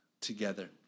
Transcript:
together